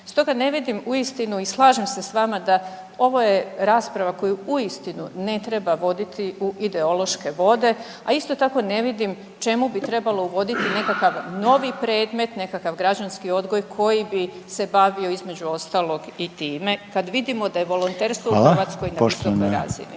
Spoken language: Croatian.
Stoga ne vidim uistinu i slažem se s vama ovo je rasprava koju uistinu ne treba voditi u ideološke vode, a isto tako ne vidim čemu bi trebalo uvoditi nekakav novi predmet, nekakav građanski odgoj koji bi se bavio između ostalog i time kad vidimo da je volonterstvo …/Upadica: